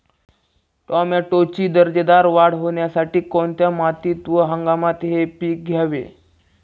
टोमॅटोची दर्जेदार वाढ होण्यासाठी कोणत्या मातीत व हंगामात हे पीक घ्यावे?